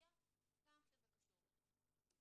הראויה גם כשזה קשור בביטוח.